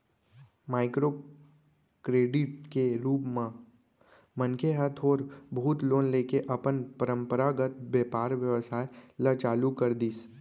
micro credit के रुप म मनखे ह थोर बहुत लोन लेके अपन पंरपरागत बेपार बेवसाय ल चालू कर दिस